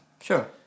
Sure